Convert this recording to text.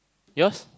your's